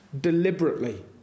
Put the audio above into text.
deliberately